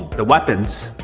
the weapons,